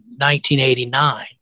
1989